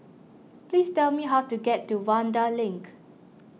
please tell me how to get to Vanda Link